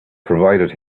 provided